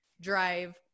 drive